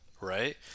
right